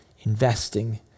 investing